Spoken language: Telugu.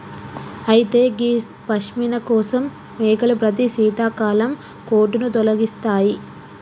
అయితే గీ పష్మిన కోసం మేకలు ప్రతి శీతాకాలం కోటును తొలగిస్తాయి